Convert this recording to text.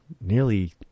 nearly